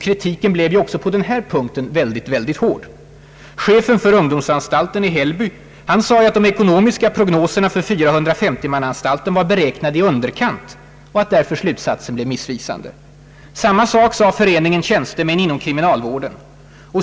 Kritiken blev ju också i detta stycke ytterst hård. Chefen för ungdomsanstalten i Hällby sade, att de ekonomiska prognoserna för 450-mannaanstalten var »beräknade i underkant» och att därför slutsatsen blev missvisande. Samma sak sade Föreningen tjänstemän inom kriminalvården.